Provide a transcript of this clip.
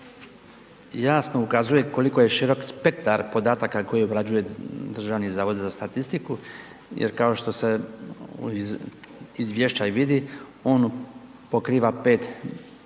jasno ukazuje koliko je širok spektar podataka koji obrađuje Državni zavod za statistiku jer kao što se iz izvješća i vidi on pokriva 5 važnih,